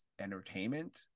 entertainment